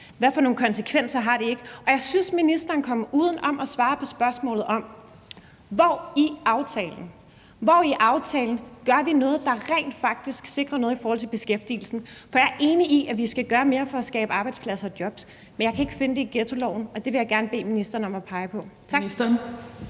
sin faste arbejdsplads? Jeg synes, at ministeren går uden om at svare på spørgsmålet om, hvor man i aftalen gør noget, der rent faktisk sikrer noget i forhold til beskæftigelsen. For jeg er enig i, at vi skal gøre mere for at skabe arbejdspladser og jobs, men jeg kan ikke finde noget om det i ghettoloven, og det vil jeg gerne bede ministeren om at pege på. Tak.